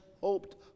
hoped